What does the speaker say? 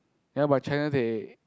ya but China they